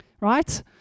right